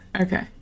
Okay